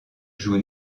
joue